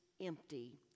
empty